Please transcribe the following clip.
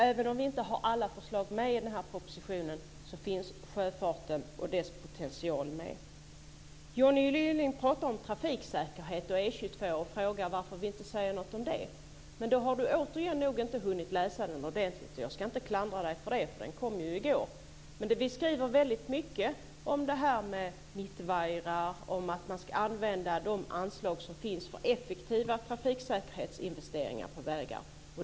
Även om vi inte har alla förslag med i den här propositionen finns alltså sjöfarten och dess potential med. och frågar varför vi inte säger något om det. Men återigen har han nog inte hunnit läsa propositionen ordentligt. Jag ska inte klandra honom för det, för den kom ju i går. Men vi skriver väldigt mycket om mittvajrar och om att man ska använda de anslag som finns för effektiva trafiksäkerhetsinvesteringar på vägar.